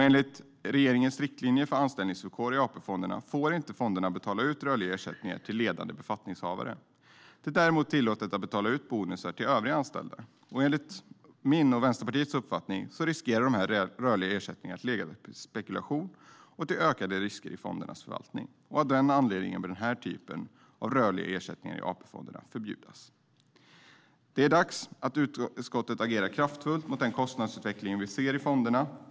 Enligt regeringens riktlinjer för anställningsvillkor i AP-fonderna får fonderna inte betala ut rörliga ersättningar till ledande befattningshavare. Det är däremot tillåtet att betala ut bonusar till övriga anställda. Enligt min och Vänsterpartiets uppfattning riskerar dessa rörliga ersättningar att leda till spekulation och till ökade risker i fondernas förvaltning. Av denna anledning bör denna typ av rörliga ersättningar i AP-fonderna förbjudas. Det är dags att utskottet agerar kraftfullt mot den kostnadsutveckling vi ser i fonderna.